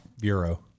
bureau